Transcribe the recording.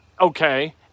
okay